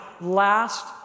last